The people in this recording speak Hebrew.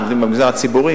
עובדים במגזר הציבורי.